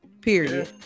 period